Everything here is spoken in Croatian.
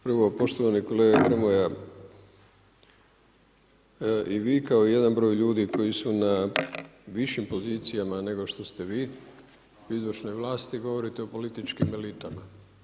Prvo poštovani kolega Grmoja, i vi kao jedan broj ljudi koji su na višim pozicijama nego što ste vi u izvršnoj vlasti govorite o političkim elitama.